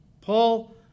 Paul